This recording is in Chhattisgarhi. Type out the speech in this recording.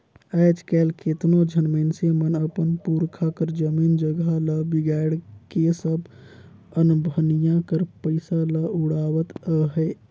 आएज काएल केतनो झन मइनसे मन अपन पुरखा कर जमीन जगहा ल बिगाएड़ के सब अनभनिया कर पइसा ल उड़ावत अहें